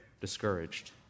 discouraged